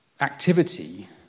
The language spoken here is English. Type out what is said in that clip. activity